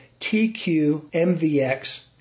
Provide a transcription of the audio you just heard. TQMVX